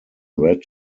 red